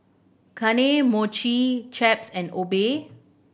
Kane Mochi Chaps and Obey